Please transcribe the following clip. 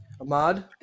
Ahmad